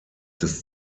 des